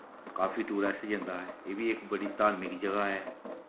काफी टूरिस्ट जन्दा ऐ एह् बी इक बड़ी धार्मिक जगह ऐ